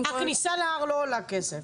הכניסה להר לא עולה כסף,